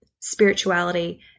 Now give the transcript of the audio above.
spirituality